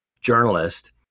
journalist